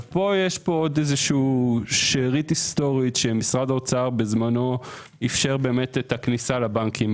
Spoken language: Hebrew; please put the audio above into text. פה יש עוד שארית היסטורית שמשרד האוצר בזמנו אפשר את הכניסה לבנקים,